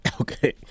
Okay